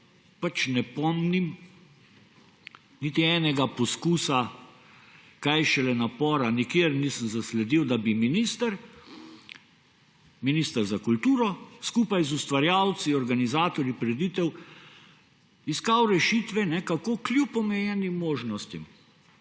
Jaz ne pomnim niti enega poskusa, kaj šele napora, nikjer nisem zasledil, da bi minister za kulturo skupaj z ustvarjalci, organizatorji prireditev iskal rešitve, kako kljub omejenim možnostim,